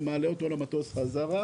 ומעלה אותו למטוס בחזרה.